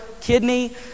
kidney